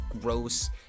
gross